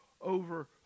over